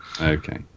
Okay